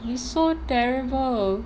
you so terrible